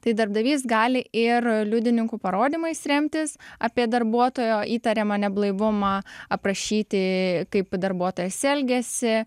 tai darbdavys gali ir liudininkų parodymais remtis apie darbuotojo įtariamą neblaivumą aprašyti kaip darbuotojas elgiasi